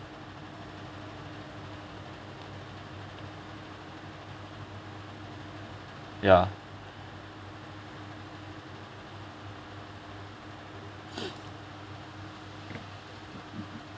ya